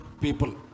people